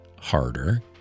harder